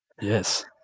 Yes